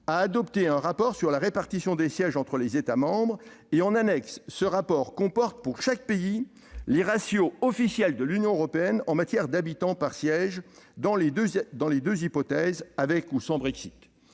a adopté un rapport sur la répartition des sièges entre les États membres. En annexe, ce rapport comporte, pour chaque pays, les ratios officiels, pour l'Union européenne, d'habitants par siège dans les deux hypothèses- avec ou sans Brexit.